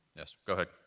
yes. go ahead.